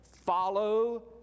Follow